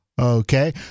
Okay